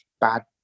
bad